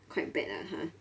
quite bad lah ha